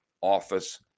office